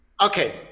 Okay